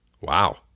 Wow